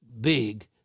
big